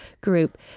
group